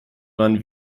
man